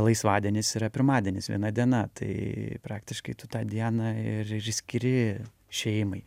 laisvadienis yra pirmadienis viena diena tai praktiškai tu tą dieną ir skiri šeimai